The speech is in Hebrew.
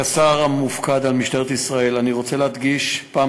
כשר המופקד על משטרת ישראל אני רוצה להדגיש פעם